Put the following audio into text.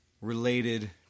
related